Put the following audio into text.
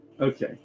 Okay